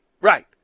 Right